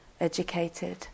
educated